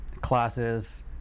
classes